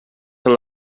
són